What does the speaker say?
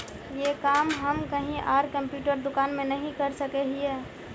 ये काम हम कहीं आर कंप्यूटर दुकान में नहीं कर सके हीये?